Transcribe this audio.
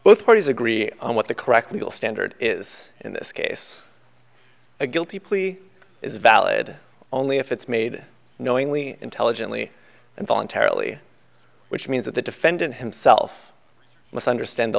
both parties agree on what the correct legal standard is in this case a guilty plea is valid only if it's made knowingly intelligently and voluntarily which means that the defendant himself must understand the